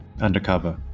undercover